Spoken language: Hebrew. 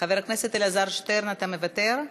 חבר הכנסת אלעזר שטרן, אתה מוותר?